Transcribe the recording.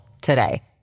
today